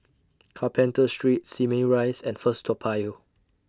Carpenter Street Simei Rise and First Toa Payoh